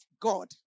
God